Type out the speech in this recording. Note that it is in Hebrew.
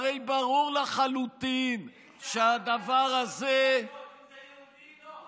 הרי ברור לחלוטין שהדבר הזה, אם זה יהודי, לא.